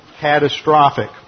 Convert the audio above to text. catastrophic